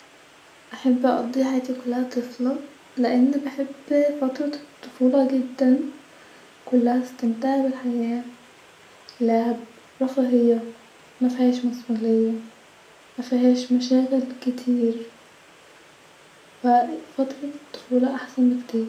احب اقضي حياتي كلها طفله-لان بحب فتره الطفوله جدا-كلها استمتاع بالحياه-لعب-رفاهيه-مفيهاش مسؤليه-مفيهاش مشاغل كتير-فا فتره الطفوله احسن بكتير